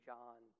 John